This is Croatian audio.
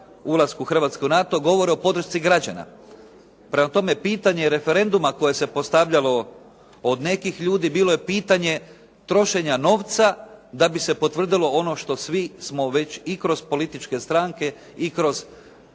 ulasku Hrvatske u NATO, govori o podršci građana. Prema tome, pitanje referenduma koje se postavljalo od nekih ljudi, bilo je pitanje trošenja novca, da bi se potvrdilo ono što svi smo već i kroz političke stranke i kroz